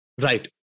Right